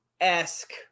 esque